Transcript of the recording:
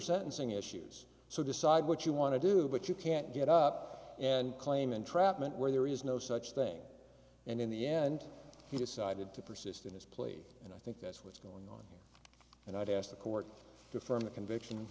sentencing issues so decide what you want to do but you can't get up and claim entrapment where there is no such thing and in the end he decided to persist in his plea and i think that's what's going on and i've asked the court to affirm the conviction